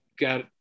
got